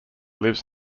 lives